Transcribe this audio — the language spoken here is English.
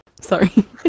Sorry